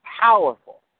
powerful